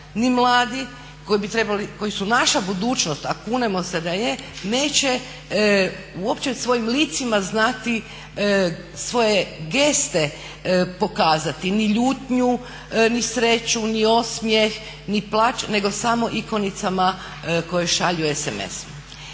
bi trebali, koji su naša budućnost, a kunemo se da je neće uopće svojim licima znati svoje geste pokazati ni ljutnju, ni sreću, ni osmjeh, ni plač, nego samo ikonicama koje šalju